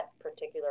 particular